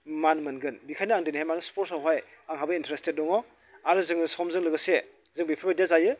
मान मोनगोन बिखायनो आं दिनैहाय मानो स्पर्टसआवहाय आंहाबो इन्ट्रेस्टेड दङ आरो जोङो समजों लोगोसे जों बेफोरबायदियाव जायो